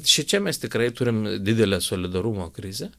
šičia mes tikrai turim didelę solidarumo krizę